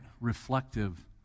reflective